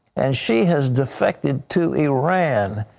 and she has defected to iran,